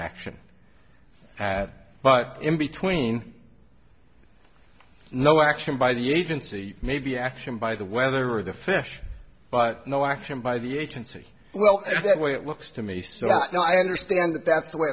action ad but in between no action by the agency maybe action by the weather or the fish but no action by the agency well the way it looks to me so i understand that that's the way